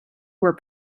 were